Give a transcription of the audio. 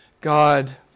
God